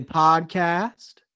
podcast